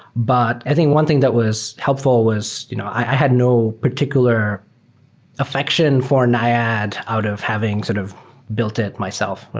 but i think one thing that was helpful was you know i had no particular affection for naiad out of having sort of built it myself.